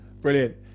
Brilliant